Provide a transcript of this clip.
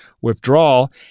withdrawal